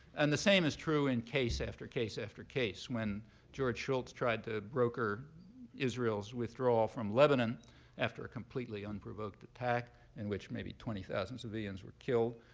and the same is true in case after case after case. when george shultz tried to broker israel's withdrawal from lebanon after a completely unprovoked attack in which maybe twenty thousand civilians were killed,